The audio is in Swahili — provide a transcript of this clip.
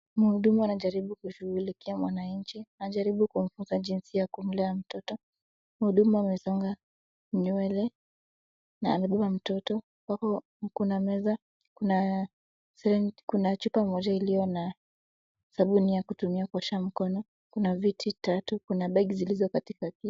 Mhudumu anajaribu kushughulikia mwananchi, anajaribu kumfunza jinsi ya kumlea mtoto. Mhudumu amesonga nywele na amebeba mtoto, kuna meza, kuna chupa moja iliyo na sabuni ya kutumia kuosha mikono, kuna viti vitatu na begi zilizo katika viti.